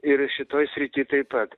ir šitoj srity taip pat